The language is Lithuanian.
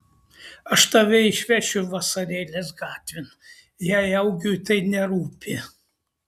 aš tave išvešiu vasarėlės gatvėn jei augiui tai nerūpi